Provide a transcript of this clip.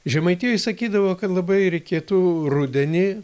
žemaitijoj sakydavo kad labai reikėtų rudenį